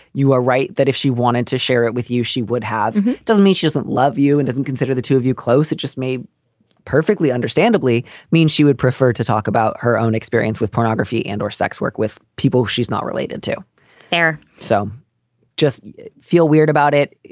you are right that if she wanted to share it with you, she would have. doesn't mean she doesn't love you and doesn't consider the two of you close. it just may perfectly understandably mean she would prefer to talk about her own experience with pornography and or sex work with people she's not related to there. so just feel weird about it.